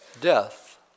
death